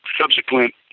subsequent